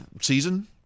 season